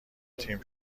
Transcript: تیم